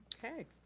okay.